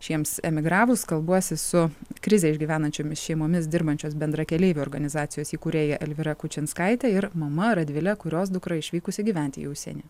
šiems emigravus kalbuosi su krizę išgyvenančiomis šeimomis dirbančios bendrakeleivių organizacijos įkūrėja elvyra kučinskaitė ir mama radvile kurios dukra išvykusi gyventi į užsienį